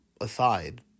Aside